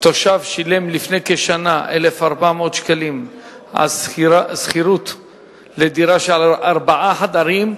תושב שילם לפני כשנה 1,400 שקלים על שכירת דירה של ארבעה חדרים,